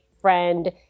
friend